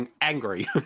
angry